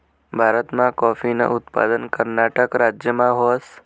भारतमा काॅफीनं उत्पादन कर्नाटक राज्यमा व्हस